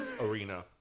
Arena